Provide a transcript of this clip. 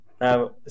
now